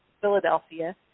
Philadelphia